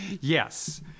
Yes